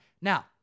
Now